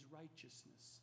righteousness